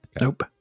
Nope